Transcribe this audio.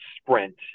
sprint